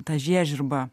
tą žiežirbą